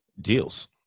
Deals